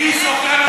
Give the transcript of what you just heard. תודה לך, גברתי.